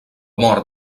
mort